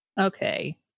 Okay